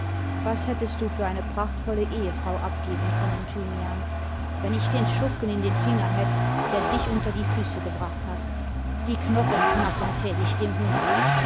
was hättest du für eine prachtvolle ehefrau abgeben können thynüan wenn ich den schurken in den fingern hätte der dich unter die füße gebracht hat die knochen knacken tat ich dem hund